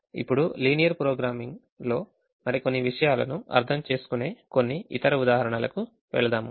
ఇప్పుడు linear programming లో మరికొన్ని విషయాలను అర్థం చేసుకునే కొన్ని ఇతర ఉదాహరణలకు వెళ్దాము